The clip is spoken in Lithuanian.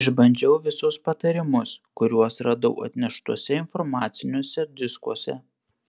išbandžiau visus patarimus kuriuos radau atneštuose informaciniuose diskuose